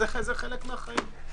זה חלק מהחיים.